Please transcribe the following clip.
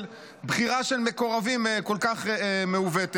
של בחירה של מקורבים כל כך מעוותת.